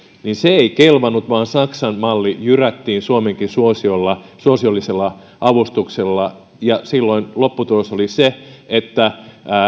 niin se ei kelvannut vaan saksan malli jyrättiin läpi suomenkin suosiollisella suosiollisella avustuksella silloin lopputulos oli se että